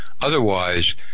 otherwise